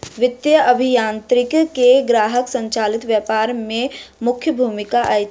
वित्तीय अभियांत्रिकी के ग्राहक संचालित व्यापार में मुख्य भूमिका अछि